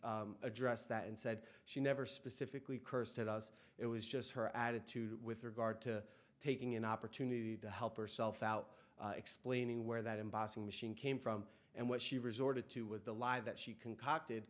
scavenged addressed that and said she never specifically cursed at us it was just her attitude with regard to taking an opportunity to help herself out explaining where that embossing machine came from and what she resorted to with the lie that she concocted